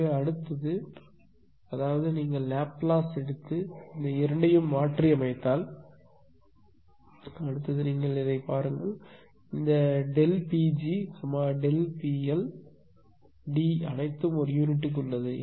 எனவே அடுத்தது அதாவது நீங்கள் லாப்லேஸ் எடுத்து இந்த இரண்டையும் மாற்றியமைத்தால் அடுத்தது பிடித்துக் கொள்ளுங்கள் இந்த ΔP g ΔP L D அனைத்தும் ஒரு யூனிட்டுக்கு உள்ளது